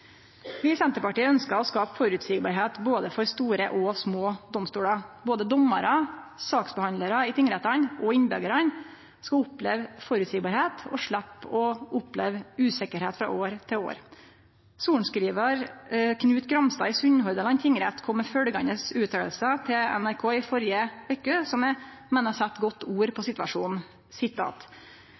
Vi i Senterpartiet ønskjer å skape føreseielegheit for både store og små domstolar. Både domarar, saksbehandlarar i tingrettane og innbyggjarane skal oppleve føreseielegheit og sleppe å oppleve usikkerheit frå år til år. Sorenskrivar Knut Gramstad i Sunnhordland tingrett kom med følgjande utsegner til NRK i førre veke, som eg meiner set godt ord på situasjonen: